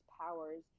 powers